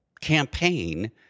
campaign